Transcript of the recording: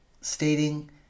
stating